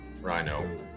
Rhino